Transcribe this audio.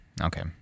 Okay